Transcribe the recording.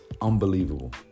unbelievable